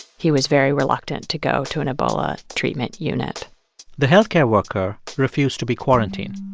he was very reluctant to go to an ebola treatment unit the health care worker refused to be quarantined.